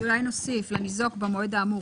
אולי נוסיף "לניזוק במעוד האמור".